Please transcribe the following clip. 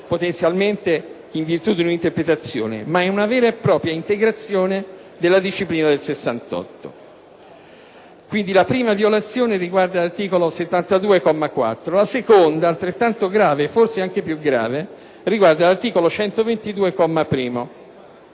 potenzialmente in virtù di un'interpretazione, ma è una vera e propria integrazione della disciplina del 1968. Quindi, la prima violazione riguarda l'articolo 72, quarto comma, della Costituzione. La seconda, altrettanto grave (e forse anche di più), riguarda l'articolo 122,